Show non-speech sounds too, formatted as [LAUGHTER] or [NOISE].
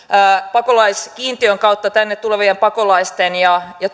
pakolaiskiintiön kautta tänne tulevien pakolaisten ja ja [UNINTELLIGIBLE]